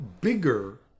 bigger